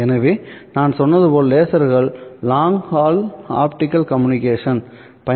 எனவே நான் சொன்னது போல் லேசர்கள் long hall optical communication hall optical communications